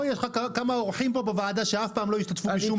יש לך כמה אורחים פה בוועדה שאף פעם לא השתתפו בשום דיון.